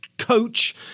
coach